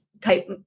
type